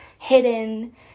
hidden